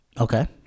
Okay